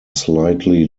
slightly